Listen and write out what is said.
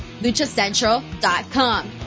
LuchaCentral.com